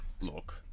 look